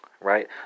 right